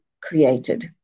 created